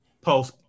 post